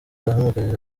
arahamagarira